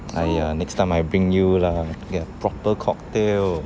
!aiya! next time I bring you lah get a proper cocktail